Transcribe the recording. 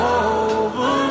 over